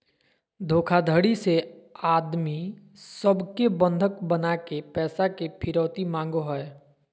धोखाधडी से आदमी सब के बंधक बनाके पैसा के फिरौती मांगो हय